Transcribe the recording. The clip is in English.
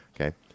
Okay